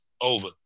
over